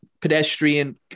pedestrian